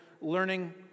learning